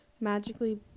magically